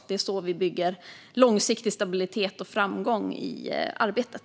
Det är så vi bygger långsiktig stabilitet och framgång i arbetet.